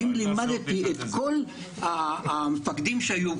אם לימדתי את כל המפקדים שהיו,